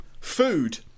food